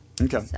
Okay